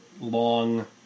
long